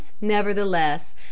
nevertheless